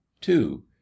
two